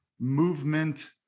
movement